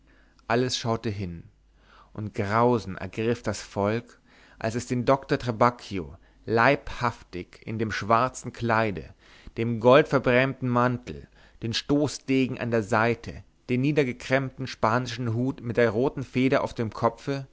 alles schaute hin und grausen ergriff das volk als den doktor trabacchio leibhaftig in dem schwarzen kleide dem goldverbrämten mantel den stoßdegen an der seite den niedergekrempten spanischen hut mit der roten feder auf dem kopfe